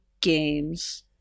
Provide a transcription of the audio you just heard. games